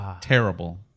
terrible